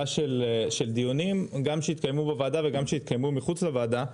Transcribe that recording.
דיונים שיתקיימו גם בוועדה וגם מחוץ לוועדה,